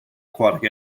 aquatic